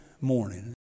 morning